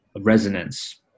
resonance